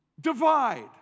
divide